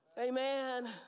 amen